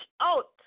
out